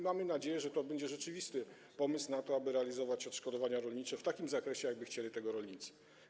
Mamy nadzieję, że to będzie pomysł na to, aby realizować odszkodowania rolnicze w takim zakresie, w jakim chcieliby tego rolnicy.